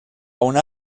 una